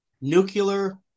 nuclear